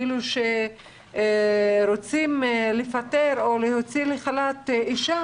אם רוצים לפטר או להוציא אישה